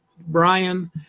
Brian